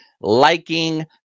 liking